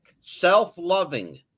self-loving